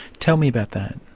tell me about that.